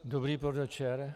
Dobrý podvečer.